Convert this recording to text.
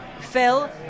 Phil